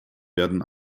werden